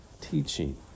teaching